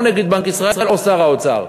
או נגיד בנק ישראל או שר האוצר.